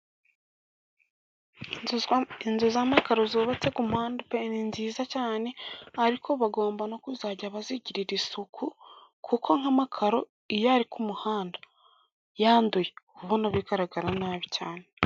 Inzu z'amakaro zubatse ku muhanda ni nziza cyane, ariko bagomba no kuzajya bazigirira isuku, kuko nk'amakaro iyo ari ku muhanda yanduye, uba ubona bigaragara nabi cyane.